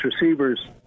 receivers